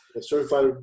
Certified